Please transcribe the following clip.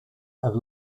have